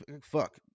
fuck